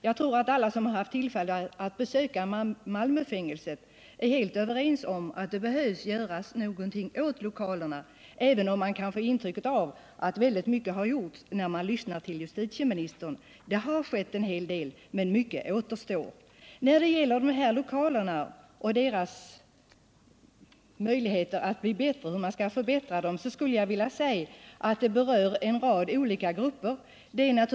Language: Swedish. Jag tror att alla som har haft tillfälle att besöka Malmöfängelset är helt överens om att någonting behöver göras åt lokalerna, även om man kan få ett intryck av att väldigt mycket redan har gjorts, när man lyssnar till justitieministerns svar. Det har skett en hel del, men mycket återstår att göra. När det gäller möjligheterna att förbättra de här lokalerna vill jag framhålla att det är en rad olika grupper som är berörda.